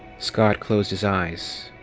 scott closed his eyes.